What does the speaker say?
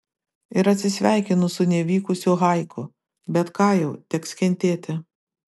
ir atsisveikinu su nevykusiu haiku bet ką jau teks kentėti